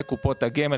לקופות הגמל.